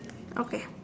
okay